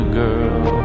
girl